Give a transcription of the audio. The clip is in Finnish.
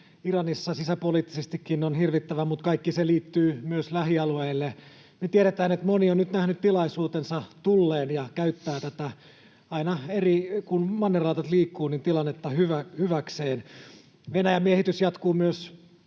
Iranissa sisäpoliittisestikin tilanne on hirvittävä, mutta kaikki se liittyy myös lähialueille. Me tiedetään, että moni on nyt nähnyt tilaisuutensa tulleen ja käyttää aina, kun mannerlaatat liikkuvat, tilannetta hyväkseen. Venäjän miehitys jatkuu myös